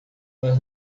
mas